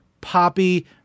poppy